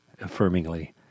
affirmingly